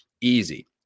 easy